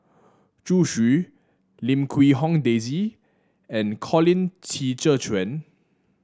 Zhu Xu Lim Quee Hong Daisy and Colin Qi Zhe Quan